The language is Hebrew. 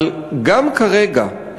אבל גם כרגע,